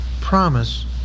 promise